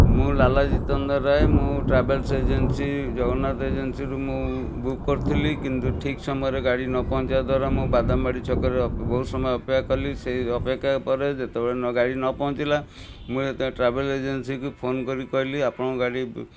ମୁଁ ଲାଲା ଜିତେନ୍ଦ୍ର ରାୟ ମୁଁ travel agency Jagannath ଏଜେନ୍ସିରୁ ମୁଁ ବୁକ୍ କରିଥିଲି କିନ୍ତୁ ଠିକ୍ ସମୟରେ ଗାଡ଼ି ନପହଞ୍ଚିବା ଦ୍ଵାରା ମୁଁ ବାଦାମବାଡ଼ି ଛକରେ ବହୁତ ସମୟ ଅପେକ୍ଷା କଲି ସେଇ ଅପେକ୍ଷା ପରେ ଯେତେବେଳେ ନ ଗାଡ଼ି ନପହଁଚିଲା ମୁଁ ଟ୍ରାଭେଲ୍ ଏଜେନ୍ସିକୁ ଫୋନ୍ କରି କହିଲି ଆପଣଙ୍କ ଗାଡ଼ି